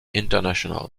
international